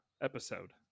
episode